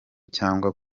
cyo